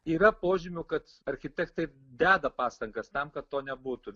yra požymių kad architektai deda pastangas tam kad to nebūtų